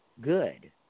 good